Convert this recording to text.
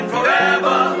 Forever